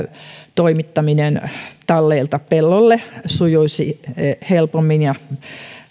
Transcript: toimittaminen talleilta pelloille sujuisi helpommin ja